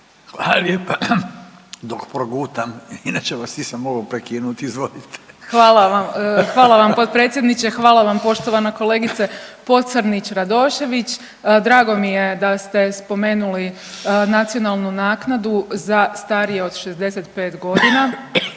Hvala lijepa, dok progutam, inače vas nisam mogao prekinuti. Izvolite. **Burić, Majda (HDZ)** Hvala vam, hvala vam potpredsjedniče. Hvala vam poštovana kolegice Pocrnić Radošević. Drago mi je da ste spomenuli nacionalnu naknadu za starije od 65 godina.